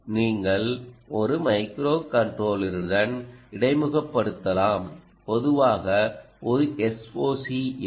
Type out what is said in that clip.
நீங்கள் ஒரு மைக்ரோகண்ட்ரோலருடன் இடைமுகப்படுத்தலாம் பொதுவாக ஒரு SOC உடன்